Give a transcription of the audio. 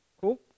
Cool